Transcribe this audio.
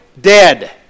dead